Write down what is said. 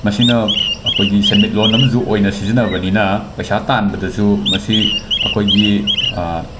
ꯃꯁꯤꯅ ꯑꯩꯈꯣꯏꯒꯤ ꯁꯦꯟꯃꯤꯠꯂꯣꯟ ꯑꯃꯁꯨ ꯑꯣꯏꯅ ꯁꯤꯖꯤꯟꯅꯕꯅꯤꯅ ꯄꯩꯁꯥ ꯇꯥꯟꯕꯗꯁꯨ ꯃꯁꯤ ꯑꯩꯈꯣꯏꯒꯤ